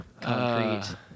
concrete